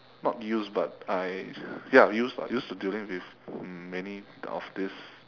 not used but I ya used lah used to dealing with um many of this